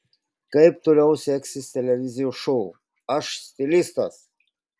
kaip toliau seksis televizijos šou aš stilistas